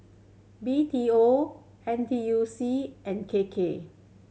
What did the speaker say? B T O N T U C and K K